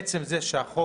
עצם זה שהחוק